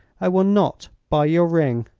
i will not buy your ring.